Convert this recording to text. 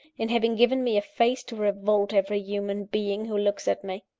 in having given me a face to revolt every human being who looks at me?